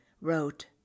WROTE